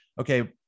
okay